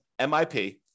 MIP